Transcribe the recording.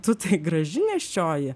tu tai graži nėščioji